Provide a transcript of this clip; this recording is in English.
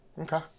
Okay